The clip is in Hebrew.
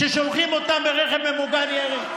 ששולחים אותם ברכב ממוגן ירי?